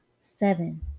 Seven